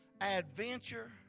adventure